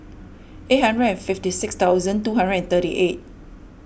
eight hundred and fifty six thousand two hundred and thirty eight